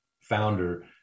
founder